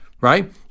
right